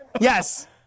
Yes